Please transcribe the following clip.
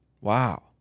Wow